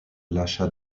lâcha